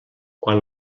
quan